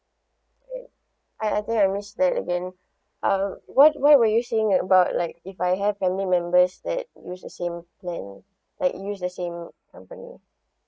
ah I think I missed that again um why why were you saying about like if I have family members that use the same plan that use the same company